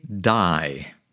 die